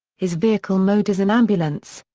his vehicle mode is an ambulance.